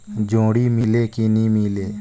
जोणी मीले कि नी मिले?